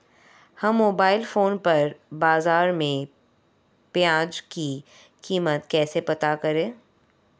हम mobile phone पर बाज़ार में प्याज़ की कीमत कैसे पता करें?